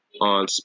on